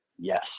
yes